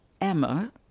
Emma